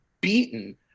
beaten